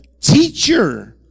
teacher